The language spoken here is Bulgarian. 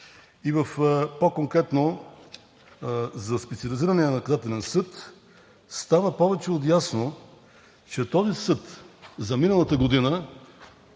и по-конкретно за Специализирания наказателен съд, става повече от ясно, че този съд за миналата година